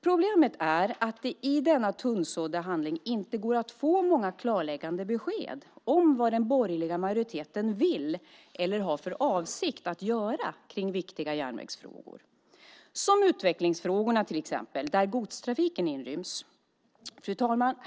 Problemet är att det i denna tunna handling inte går att få många klarläggande besked om vad den borgerliga majoriteten vill eller har för avsikt att göra när det gäller viktiga järnvägsfrågor. Det gäller till exempel utvecklingsfrågorna där godstrafiken inryms.